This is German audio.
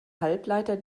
halbleiter